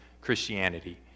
Christianity